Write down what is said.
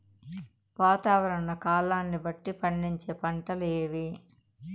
వాతావరణ కాలాన్ని బట్టి పండించే పంటలు ఏవి?